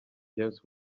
james